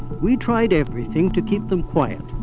we tried everything to keep them quiet.